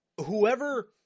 whoever